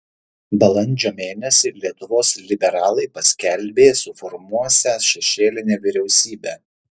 balandžio mėnesį lietuvos liberalai paskelbė suformuosią šešėlinę vyriausybę